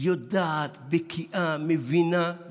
היא יודעת, בקיאה, מבינה.